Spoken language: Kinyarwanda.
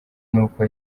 n’uko